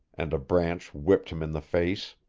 and a branch whipped him in the face.